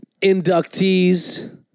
inductees